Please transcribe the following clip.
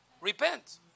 Repent